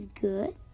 good